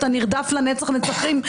אתה נרדף לנצח נצחים,